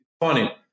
funny